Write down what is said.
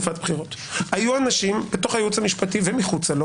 היו אנשים בתוך הייעוץ המשפטי ומחוצה לו